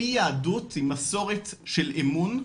יהדות היא מסורת של אמון,